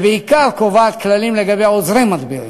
ובעיקר קובעת כללים לגבי עוזרי מדבירים.